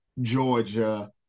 Georgia